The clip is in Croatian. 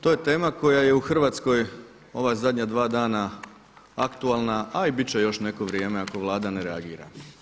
To je tema koja je u Hrvatskoj ova zadnja dva dana aktualna, a i bit će još neko vrijeme ako Vlada ne reagira.